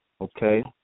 okay